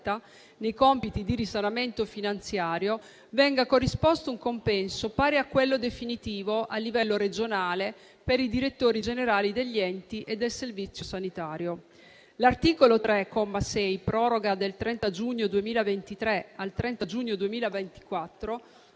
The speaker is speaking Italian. Grazie a tutti